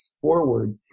forward